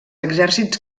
exèrcits